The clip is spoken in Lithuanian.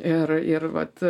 ir ir vat